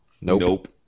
Nope